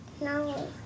No